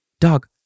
Dog